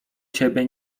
ciebie